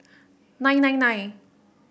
nine nine nine